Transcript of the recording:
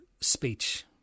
speech